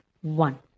one